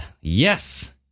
yes